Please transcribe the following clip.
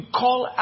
call